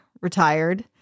retired